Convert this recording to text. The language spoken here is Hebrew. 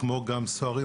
כמו גם סוהרים.